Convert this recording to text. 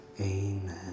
Amen